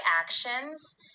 actions